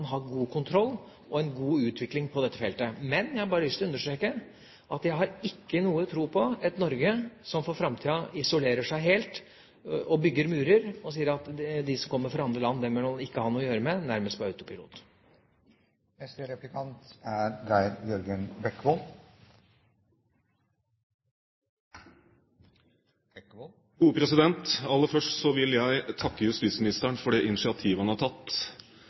har god kontroll og en god utvikling på dette feltet. Men jeg har lyst til å understreke at jeg ikke har noen tro på et Norge som for framtida isolerer seg helt, og bygger murer, og nærmest på autopilot sier at de som kommer fra andre land, vil man ikke ha noe med å gjøre. Aller først vil jeg takke justisministeren for det initiativet han har tatt for å få på plass en stortingsmelding om barn på flukt. Jeg tror det